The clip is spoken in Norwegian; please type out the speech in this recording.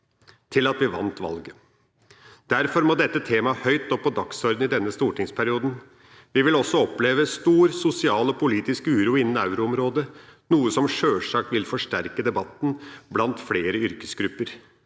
til at vi vant valget. Derfor må dette temaet høyt opp på dagsordenen i denne stortingsperioden. Vi vil også oppleve stor sosial og politisk uro innen euro-området, noe som sjølsagt vil forsterke debatten blant flere yrkesgrupper,